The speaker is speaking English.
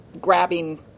grabbing